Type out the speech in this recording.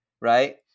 right